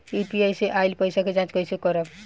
UPI से आइल पईसा के जाँच कइसे करब?